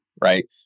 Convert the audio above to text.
Right